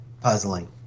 puzzling